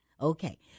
Okay